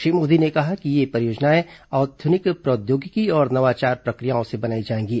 श्री मोदी ने कहा कि ये परियोजनाएं आधुनिक प्रौद्योगिकी और नवाचार प्रक्रियाओं से बनाई जाएंगी